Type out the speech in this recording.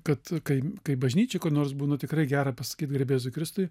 kad kai kai bažnyčioj kur nors būnu tikrai gera pasakyt garbė jėzui kristui